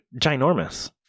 ginormous